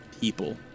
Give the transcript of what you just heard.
people